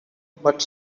but